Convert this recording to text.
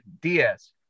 Diaz